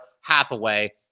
Hathaway